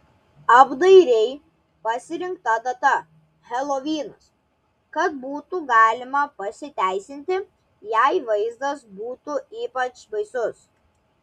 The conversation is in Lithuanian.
apdairiai pasirinkta data helovinas kad būtų galima pasiteisinti jei vaizdas būtų ypač baisus